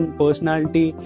personality